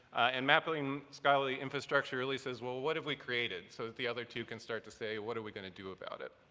and mapping scholarly infrastructure really says, well, what have we created so that the other two can start to say, what are we going to do about it